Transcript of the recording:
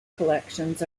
collections